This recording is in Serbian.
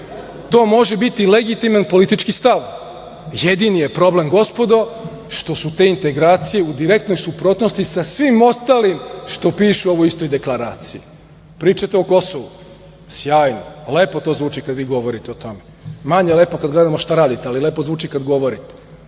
To može biti legitiman politički stav. Jedini je problem gospodo što su te integracije u direktnoj suprotnosti sa svim ostalim što piše u ovoj istoj deklaraciji. Pričate o Kosovu. Sjajno, lepo to zvuči kada vi govorite o tome. Manje lepo kada gledamo šta radite, ali lepo zvuči kada govorite.